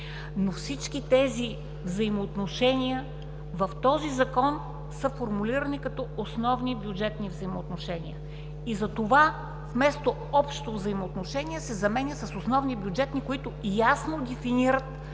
Но всички тези взаимоотношения в този Закон са формулирани като основни бюджетни взаимоотношения. Затова „общо взаимоотношение“ се заменя с „основни бюджетни взаимоотношения“,